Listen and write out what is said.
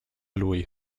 lui